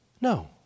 No